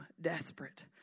desperate